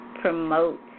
promote